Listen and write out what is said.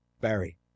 Barry